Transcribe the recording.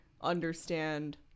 understand